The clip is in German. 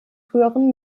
früheren